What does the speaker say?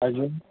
अजून